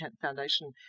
Foundation